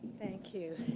thank you.